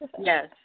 Yes